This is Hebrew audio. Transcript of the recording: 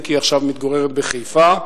אם כי עכשיו מתגוררת בחיפה.